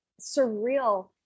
surreal